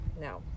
no